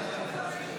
נתקבלה.